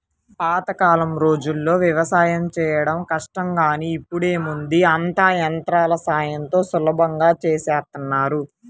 పాతకాలం రోజుల్లో యవసాయం చేయడం కష్టం గానీ ఇప్పుడేముంది అంతా యంత్రాల సాయంతో సులభంగా చేసేత్తన్నారు